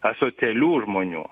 asocialių žmonių